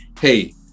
hey